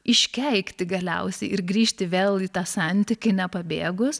iškeikti galiausiai ir grįžti vėl į tą santykį nepabėgus